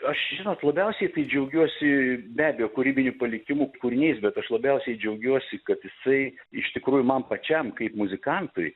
aš žinot labiausiai tai džiaugiuosi be abejo kūrybiniu palikimu kūriniais bet aš labiausiai džiaugiuosi kad jisai iš tikrųjų man pačiam kaip muzikantui